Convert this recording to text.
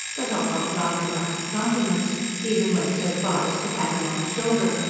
but ocock laughed him out of countenance even went so far as to pat him on the shoulder.